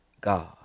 God